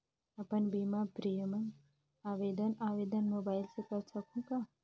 अपन बीमा प्रीमियम आवेदन आवेदन मोबाइल से कर सकहुं का?